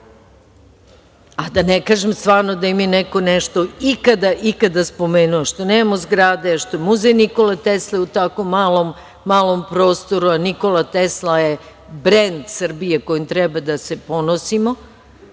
ne kažem stvarno da li im je neko nešto ikada, ikada spomenuo, što nemamo zgrade, što Muzej „Nikola Tesla“ je u tako malom prostoru, a Nikola Tesla je brend Srbije kojim treba da se ponosimo.